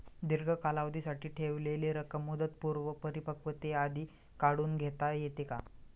दीर्घ कालावधीसाठी ठेवलेली रक्कम मुदतपूर्व परिपक्वतेआधी काढून घेता येते का?